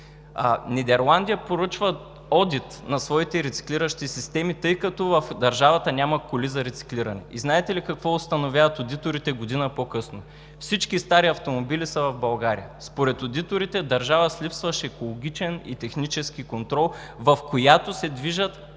Нидерландия поръчва одит на своите рециклиращи системи, тъй като в държавата няма коли за рециклиране. И знаете ли какво установяват одиторите година по-късно? Всички стари автомобили са в България – според одиторите държава с липсващ екологичен и технически контрол, в която се движат